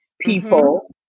people